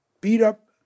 beat-up